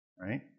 right